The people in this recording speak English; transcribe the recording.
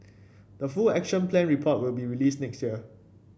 the full Action Plan report will be released next year